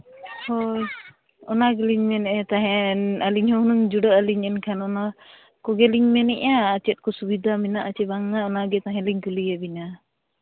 ᱦᱳᱭ ᱚᱱᱟ ᱜᱮᱞᱤᱧ ᱢᱮᱱᱮᱫᱼᱟ ᱛᱟᱦᱮᱱ ᱟᱹᱞᱤᱧ ᱦᱚᱸ ᱦᱩᱱᱟᱹᱝ ᱡᱩᱲᱟᱹᱜ ᱟᱹᱞᱤᱧ ᱮᱱᱠᱷᱟᱱ ᱚᱱᱟ ᱠᱚᱜᱮ ᱞᱤᱧ ᱢᱮᱱ ᱮᱫᱼᱟ ᱟᱨ ᱪᱮᱫ ᱠᱚ ᱥᱩᱵᱤᱫᱷᱟ ᱢᱮᱱᱟᱜ ᱟᱥᱮ ᱵᱟᱝ ᱚᱱᱟᱜᱮ ᱛᱟᱦᱮᱱ ᱞᱤᱧ ᱠᱩᱞᱤᱭᱮᱫ ᱵᱮᱱᱟ